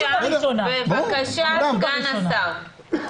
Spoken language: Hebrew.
בבקשה סגן שר הבריאות.